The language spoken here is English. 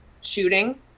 shooting